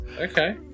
okay